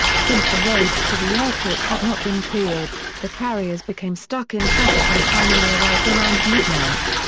since the roads to the airport had not been cleared, the carriers became stuck in traffic and finally arrived around midnight.